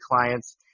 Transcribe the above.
clients